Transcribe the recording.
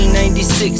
1996